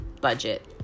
budget